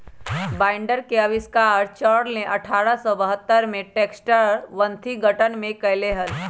binder के आविष्कार Charles ने अठारह सौ बहत्तर में बैक्सटर विथिंगटन में कइले हल